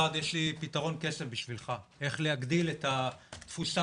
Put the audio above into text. יש לנו פתרון קסם בשבילך איך להגדיל את התפוסה